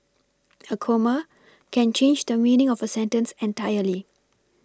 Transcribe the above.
a comma a a comma a comma can change the meaning of a sentence entirely